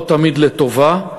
לא תמיד לטובה,